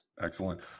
excellent